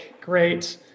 great